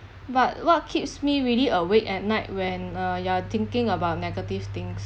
but what keeps me really awake at night when uh you're thinking about negative things